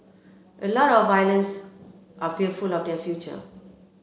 a lot of violence are fearful of their future